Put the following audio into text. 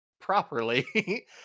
properly